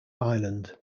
island